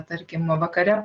tarkim vakare